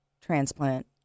transplant